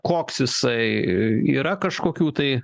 koks jisai yra kažkokių tai